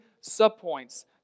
sub-points